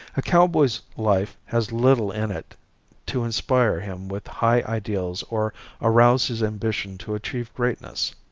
a cowboy's life has little in it to inspire him with high ideals or arouse his ambition to achieve greatness.